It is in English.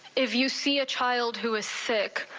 if you see a child who is sick,